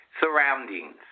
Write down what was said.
surroundings